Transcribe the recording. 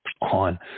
on